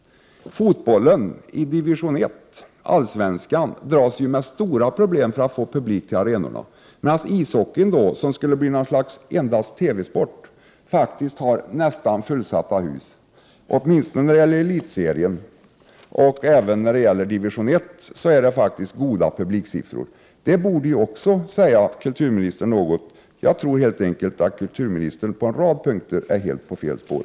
Fotbollen i division ett, allsvenskan, dras med stora problem att få publik till arenan, medan ishockey, som skulle bli endast en TV-sport, har nästan fullsatta hus, åtminstone i elitserien och när det gäller division ett. Det borde också säga kulturministern något. Jag tror helt enkelt att kulturministern på en rad punkter är på helt fel spår.